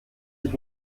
ich